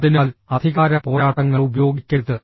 അതിനാൽ അധികാര പോരാട്ടങ്ങൾ ഉപയോഗിക്കരുത്